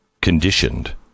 conditioned